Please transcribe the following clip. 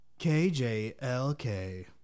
KJLK